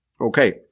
Okay